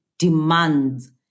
demands